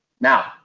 Now